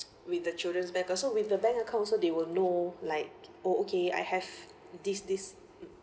with the children's banker so with the bank account so they will know like oh okay I have this this